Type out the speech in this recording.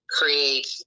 create